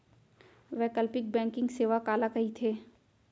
वैकल्पिक बैंकिंग सेवा काला कहिथे?